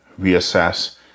reassess